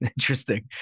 Interesting